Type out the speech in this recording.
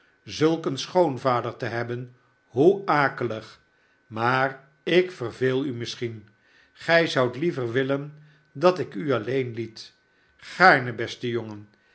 zulk een schoonvader te hebben hoe akelig maar ik verveel u misschien gij zoudt hever willen dat ik u alleen liet gaarne beste jongen